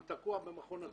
הוא תקוע במכון התקנים.